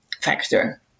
factor